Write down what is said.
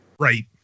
Right